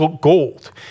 gold